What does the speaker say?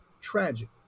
Tragic